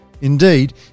Indeed